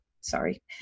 sorry